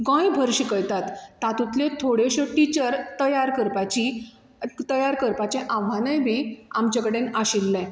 गोंय भर शिकयतात तातुंतल्यो थोड्योश्यो टिचर्स तयार करपाची तयार करपाचें आव्हानय बी आमचे कडेन आशिल्लें